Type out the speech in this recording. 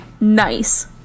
nice